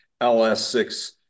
LS6